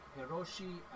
Hiroshi